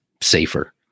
safer